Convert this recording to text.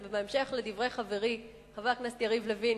ובהמשך לדברי חברי חבר הכנסת יריב לוין,